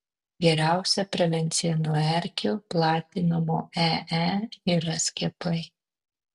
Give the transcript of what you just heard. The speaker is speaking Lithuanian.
geriausia prevencija nuo erkių platinamo ee yra skiepai